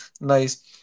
nice